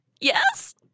Yes